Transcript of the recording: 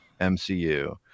MCU